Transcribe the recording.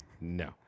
No